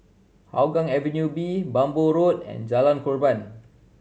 Hougang Avenue B Bhamo Road and Jalan Korban